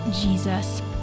Jesus